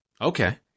Okay